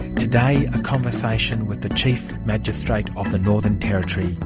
today, a conversation with the chief magistrate of the northern territory,